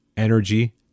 Energy